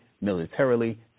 militarily